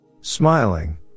Smiling